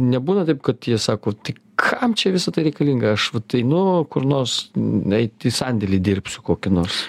nebūna taip kad jie sako tai kam čia visa tai reikalinga aš vat einu kur nors eit į sandėlį dirbsiu kokį nors